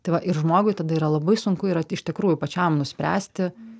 tai va ir žmogui tada yra labai sunku yra iš tikrųjų pačiam nuspręsti